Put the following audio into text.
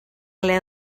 alé